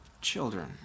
children